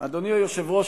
אדוני היושב-ראש,